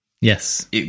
yes